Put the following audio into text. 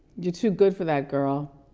you're too good for that girl.